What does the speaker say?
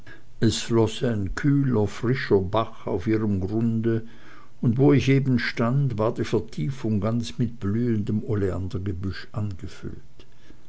es floß ein kühler frischer bach auf ihrem grunde und wo ich eben stand war die vertiefung ganz mit blühendem oleandergebüsch angefüllt